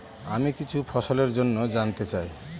আমি কিছু ফসল জন্য জানতে চাই